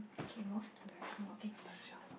okay most embarrassing okay